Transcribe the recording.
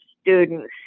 students